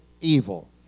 evil